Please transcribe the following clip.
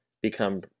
become